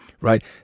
right